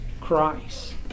Christ